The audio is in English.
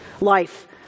life